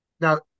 Now